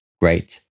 great